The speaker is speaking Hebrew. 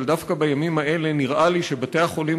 אבל דווקא בימים האלה נראה לי שבתי-החולים